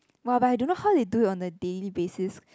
!wah! but I don't know how they do it on a daily basis